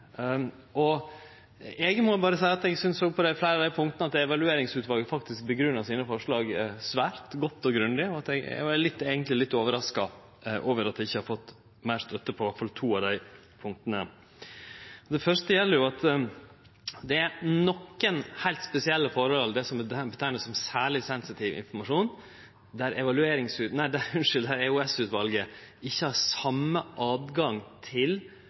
det. Eg må berre seie at eg synest – på fleire av dei punkta – at Evalueringsutvalet faktisk grunngjev forslaga sine svært godt og grundig, og eg er eigentleg litt overraska over at eg ikkje har fått meir støtte på iallfall to av dei punkta. Det første gjeld nokre heilt spesielle forhold – det som vert kalla for «særleg sensitiv informasjon» – der EOS-utvalet ikkje har same tilgjenge til